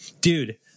Dude